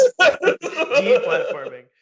Deplatforming